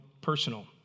personal